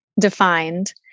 defined